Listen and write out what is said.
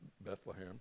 Bethlehem